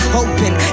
Hoping